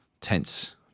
tense